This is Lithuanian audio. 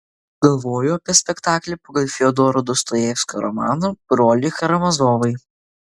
galvoju apie spektaklį pagal fiodoro dostojevskio romaną broliai karamazovai